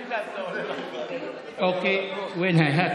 תודה רבה, אדוני.